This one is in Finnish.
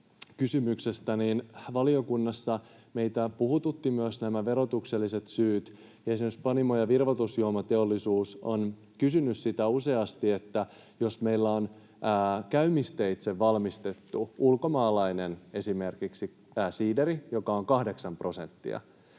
Valiokunnassa meitä puhututtivat myös nämä verotukselliset syyt, ja esimerkiksi Panimo- ja virvoitusjuomateollisuus on kysynyt sitä useasti, että jos meillä on käymisteitse valmistettu ulkomaalainen, esimerkiksi tämä siideri, joka on kahdeksanprosenttinen,